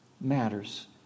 matters